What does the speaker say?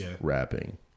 rapping